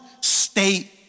state